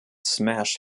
smash